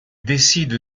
décide